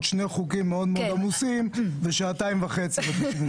עוד שני חוקים עמוסים מאוד, ושעתיים וחצי.